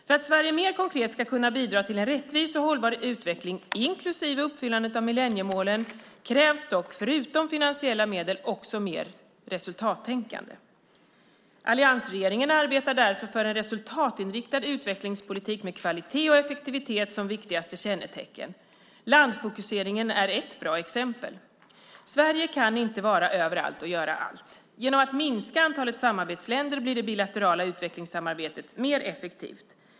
För att Sverige mer konkret ska kunna bidra till en rättvis och hållbar utveckling - inklusive uppfyllandet av millenniemålen - krävs dock förutom finansiella medel också mer resultattänkande. Alliansregeringen arbetar därför för en resultatinriktad utvecklingspolitik med kvalitet och effektivitet som viktigaste kännetecken. Landfokuseringen är ett bra exempel. Sverige kan inte vara överallt och göra allt. Genom att minska antalet samarbetsländer blir det bilaterala utvecklingssamarbetet mer effektivt.